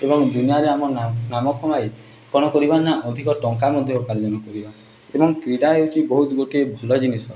ଏବଂ ଦୁନିଆରେ ଆମ ନାମ କମାଇ କ'ଣ କରିବା ନା ଅଧିକ ଟଙ୍କା ମଧ୍ୟ ଉପାର୍ଜନ କରିବା ଏବଂ କ୍ରୀଡ଼ା ହେଉଛି ବହୁତ ଗୋଟିେ ଭଲ ଜିନିଷ